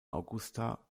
augusta